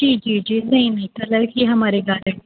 جی جی جی نہیں نہیں کلر کی ہمارے گار